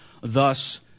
thus